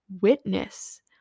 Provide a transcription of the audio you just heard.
witness